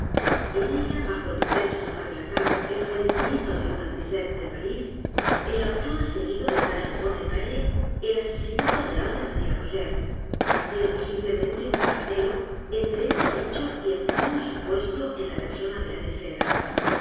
en ella bajo el pretexto de relatar el fallecimiento de una grisette de parís el autor ha seguido detalle por detalle el asesinato real de maría rogers haciendo simplemente un paralelo entre ese hecho y el crimen supuesto en la persona de la griseta